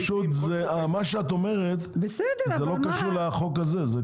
אימאן, מה שאת אומרת לא קשור לחוק הזה.